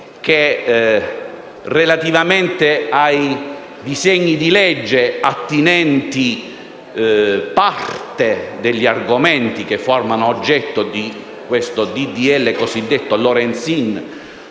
relativamente ai disegni di legge attinenti parte degli argomenti che formano oggetto di questo disegno di legge cosiddetto Lorenzin